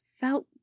felt